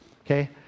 Okay